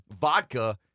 Vodka